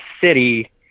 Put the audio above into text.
City